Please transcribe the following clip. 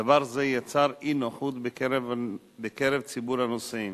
דבר זה יצר אי-נוחות בקרב ציבור הנוסעים.